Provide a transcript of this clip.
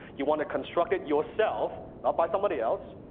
you want to construct it yourself, not by somebody else,